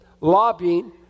lobbying